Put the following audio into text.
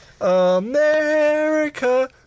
america